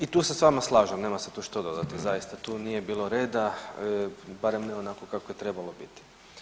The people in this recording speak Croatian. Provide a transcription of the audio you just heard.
I tu se s vama slažem, nema se tu što dodati, zaista, tu nije bilo reda, barem ne onako kako je trebalo biti.